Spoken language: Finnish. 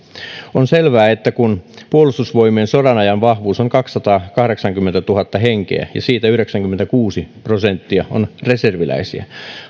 on selvää että kun puolustusvoimien sodanajan vahvuus on kaksisataakahdeksankymmentätuhatta henkeä ja heistä yhdeksänkymmentäkuusi prosenttia on reserviläisiä